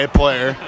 player